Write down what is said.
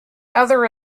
other